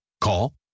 Call